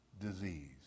disease